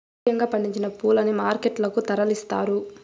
ప్రాంతీయంగా పండించిన పూలని మార్కెట్ లకు తరలిస్తారు